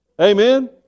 Amen